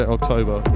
October